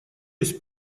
есть